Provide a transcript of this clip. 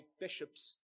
bishops